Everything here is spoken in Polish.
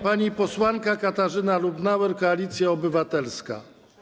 Pani posłanka Katarzyna Lubnauer, Koalicja Obywatelska.